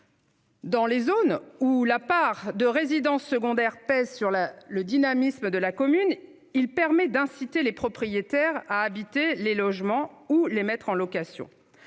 Dans les zones où la part de résidences secondaires pèse sur le dynamisme de la commune, il permet d'inciter les propriétaires à habiter les logements ou à les mettre en location.